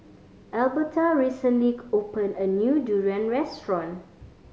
Alberta recently opened a new durian restaurant